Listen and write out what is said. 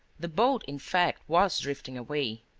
the boat, in fact, was drifting away.